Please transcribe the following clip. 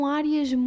áreas